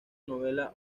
novela